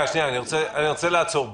רגע, אני רוצה לעצור בזה.